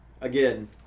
Again